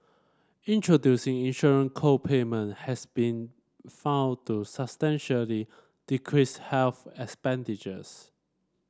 introducing insurance co payment has been found to substantially decrease health expenditures